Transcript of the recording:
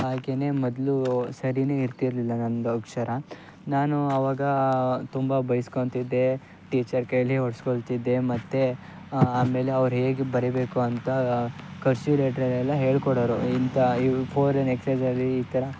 ಹಾಗೆಯೇ ಮೊದಲು ಸರಿಯೇ ಇರ್ತಿರಲಿಲ್ಲ ನನ್ನದು ಅಕ್ಷರ ನಾನು ಆವಾಗ ತುಂಬ ಬೈಸ್ಕೋತಿದ್ದೆ ಟೀಚರ್ ಕೈಲಿ ಹೊಡೆಸ್ಕೊಳ್ತಿದ್ದೆ ಮತ್ತೆ ಆಮೇಲೆ ಅವ್ರು ಹೇಗೆ ಬರಿಬೇಕು ಅಂತ ಕರ್ಷಿವ್ ಲೆಟರೆಲ್ಲ ಹೇಳ್ಕೊಡೋವ್ರು ಇಂಥ ಇವು ಫೋರ್ ಲೇನ್ ಎಕ್ಸೈಸಲ್ಲಿ ಈ ಥರ